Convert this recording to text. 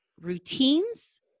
routines